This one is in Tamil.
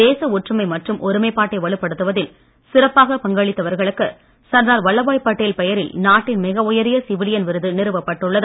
தேச ஒற்றுமை மற்றும் ஒருமைப்பாட்டை வலுப்படுத்துவதில் சிறப்பாக பங்களித்தவர்களுக்கு சர்தார் வல்லபாய் பட்டேல் பெயரில் நாட்டின் மிக உயரிய சிவிலியன் விருது நிறுவப்பட்டுள்ளது